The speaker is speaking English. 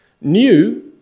New